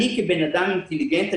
אני כבן אדם אינטליגנטי,